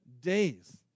days